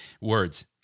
words